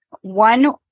One